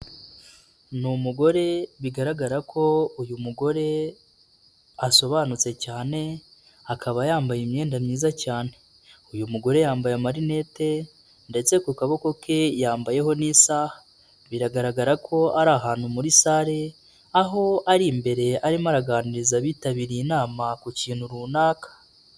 Ni umugore bigaragara ko uyu mugore asobanutse cyane akaba yambaye imyenda myiza cyane, uyu mugore yambaye amarinete ndetse ku kaboko ke yambayeho n'isaha, biragaragara ko ari ahantu muri sale aho ari imbere arimo araganiriza abitabiriye inama ku kintu runaka.